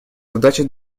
задачей